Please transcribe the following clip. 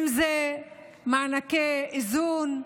אם זה מענקי איזון,